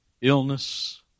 illness